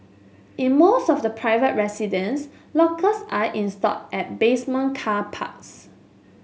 in most of the private residence lockers are installed at basement car parks